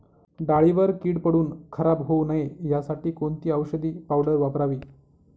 डाळीवर कीड पडून खराब होऊ नये यासाठी कोणती औषधी पावडर वापरावी?